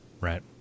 right